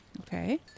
Okay